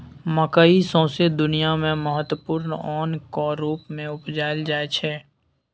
मकय सौंसे दुनियाँ मे महत्वपूर्ण ओनक रुप मे उपजाएल जाइ छै